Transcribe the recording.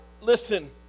listen